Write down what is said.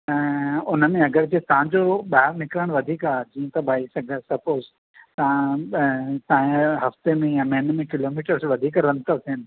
ऐं हुन में अगरि जे तहांजो ॿाहिरि निकिरणु वधीक आहे जी त भाई अगरि सपोज़ तव्हां जा हफ़्ते मे या महिने में किलोमीटर्स वधीक रन था थियनि